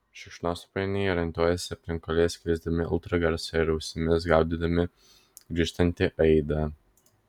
šikšnosparniai orientuojasi aplinkoje skleisdami ultragarsą ir ausimis gaudydami grįžtantį aidą